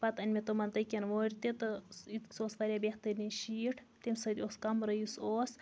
پَتہٕ اَنہِ مےٚ تِمَن تکِیَن وورِ تہٕ سُہ اوس واریاہ بہترین شیٖٹ تمہِ سۭتۍ اوس کَمرٕ یُس اوس